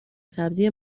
سبزی